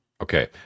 Okay